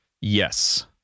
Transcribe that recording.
Yes